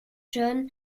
john